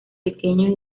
pequeño